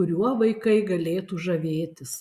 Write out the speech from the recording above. kuriuo vaikai galėtų žavėtis